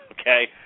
okay